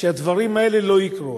לך שהדברים האלה לא יקרו.